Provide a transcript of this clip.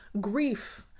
Grief